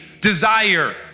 desire